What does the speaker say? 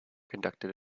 conducted